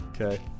Okay